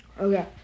Okay